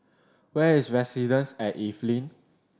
where is Residences at Evelyn